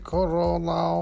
Corona